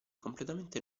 completamente